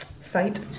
site